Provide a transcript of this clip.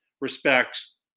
respects